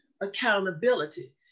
accountability